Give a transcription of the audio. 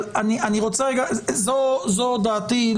זו דעתי.